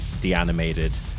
deanimated